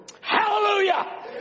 Hallelujah